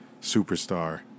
superstar